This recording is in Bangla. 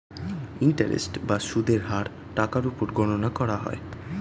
ইন্টারেস্ট বা সুদের হার টাকার উপর গণনা করা হয়